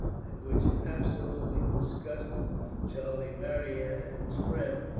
and which absolutely disgusted charlie marryat and his friend,